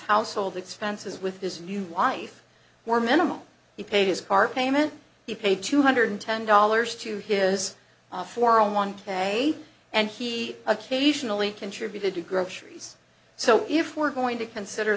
household expenses with his new wife were minimal he paid his car payment he paid two hundred ten dollars to his for a one k and he occasionally contributed to groceries so if we're going to consider